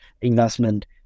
investment